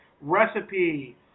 recipe